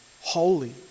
holy